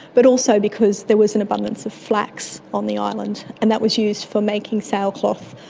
but also because there was an abundance of flax on the island, and that was used for making sailcloth.